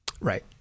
Right